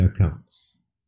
accounts